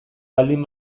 baldin